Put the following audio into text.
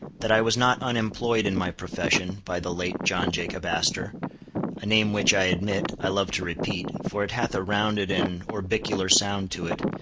that i was not unemployed in my profession by the late john jacob astor a name which, i admit, i love to repeat, for it hath a rounded and orbicular sound to it,